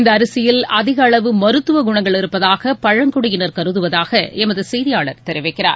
இந்த அரிசியில் அதிக அளவு மருத்துவ குணங்கள் இருப்பதாக பழங்குடியினர் கருதுவதாக எமது செய்தியாளர் தெரிவிக்கிறார்